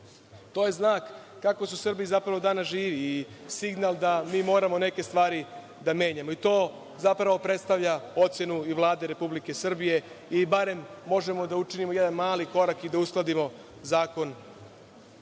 je znak kako su Srbi danas zapravo živi i signal da mi moramo neke stvari da menjamo. To zapravo predstavlja ocenu i Vlade Republike Srbije i barem možemo da učinimo jedan mali korak i da uskladimo Zakon